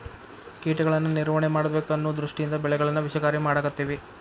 ಕೇಟಗಳನ್ನಾ ನಿರ್ವಹಣೆ ಮಾಡಬೇಕ ಅನ್ನು ದೃಷ್ಟಿಯಿಂದ ಬೆಳೆಗಳನ್ನಾ ವಿಷಕಾರಿ ಮಾಡಾಕತ್ತೆವಿ